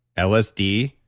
lsd,